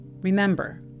Remember